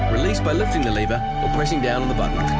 release by lifting the lever, or pressing down on the button.